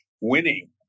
winning